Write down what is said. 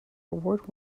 award